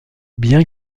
bien